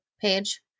page